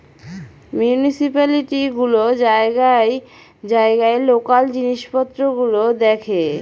municipality গুলো জায়গায় জায়গায় লোকাল জিনিস পত্র গুলো দেখে